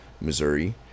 Missouri